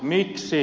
miksi